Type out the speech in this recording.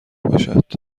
باشد